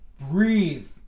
breathe